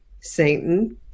Satan